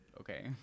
okay